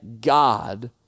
God